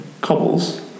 cobbles